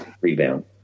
rebound